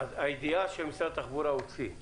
אז הידיעה שמשרד התחבורה הוציא,